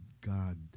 God